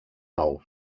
nou